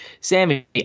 Sammy